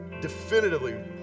definitively